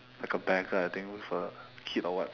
like a beggar I think with a kid or what